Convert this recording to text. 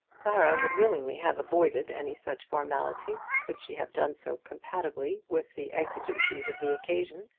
clara would willingly have avoided any such formality could she have done so compatibly with the exigencies of the occasion.